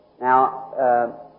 Now